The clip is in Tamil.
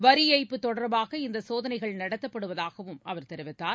வரிஏய்ப்பு தொடர்பாக இந்தசோதனைகள் நடத்தப்படுவதாகவும் அவர் தெரிவித்தார்